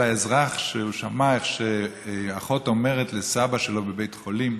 אזרח ששמע איך שאחות אומרת לסבא שלו בבית חולים,